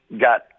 got